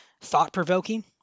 Thought-provoking